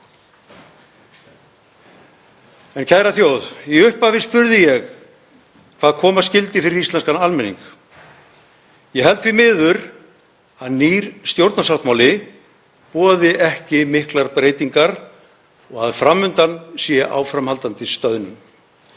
Kæra þjóð. Í upphafi spurði ég hvað koma skyldi fyrir íslenskan almenning. Ég held því miður að nýr stjórnarsáttmáli boði ekki miklar breytingar og að fram undan sé áframhaldandi stöðnun.